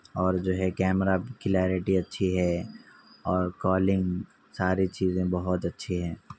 اور جو ہے کیمرہ کلیئرٹی اچھی ہے اور کالنگ ساری چیزیں بہت اچھی ہیں